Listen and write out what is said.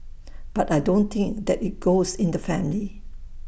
but I don't think that IT goes in the family